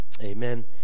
amen